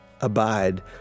abide